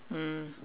mm